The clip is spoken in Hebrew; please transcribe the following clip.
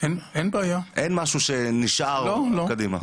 אין משהו שנשאר קדימה?